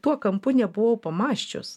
tuo kampu nebuvau pamąsčius